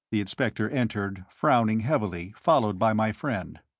the inspector entered, frowning heavily, followed by my friend.